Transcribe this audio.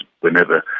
whenever